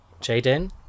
Jaden